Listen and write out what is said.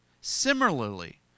similarly